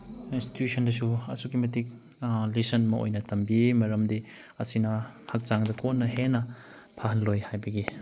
ꯏꯟꯁꯇꯤꯇ꯭ꯌꯨꯁꯟꯗꯁꯨ ꯑꯁꯨꯛꯀꯤ ꯃꯇꯤꯛ ꯂꯦꯁꯟ ꯑꯃ ꯑꯣꯏꯅ ꯇꯝꯕꯤ ꯃꯔꯝꯗꯤ ꯑꯁꯤꯅ ꯍꯛꯆꯥꯡꯗ ꯀꯣꯟꯅ ꯍꯦꯟꯅ ꯐꯍꯜꯂꯣꯏ ꯍꯥꯏꯕꯒꯤ